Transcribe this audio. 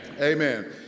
Amen